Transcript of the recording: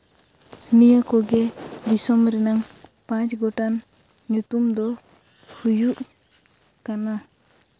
ᱱᱤᱭᱟᱹ ᱠᱚᱜᱮ ᱫᱤᱥᱚᱢ ᱨᱮᱱᱟᱝ ᱯᱟᱸᱪ ᱜᱚᱴᱟᱱ ᱧᱩᱛᱩᱢ ᱫᱚ ᱦᱩᱭᱩᱜ ᱠᱟᱱᱟ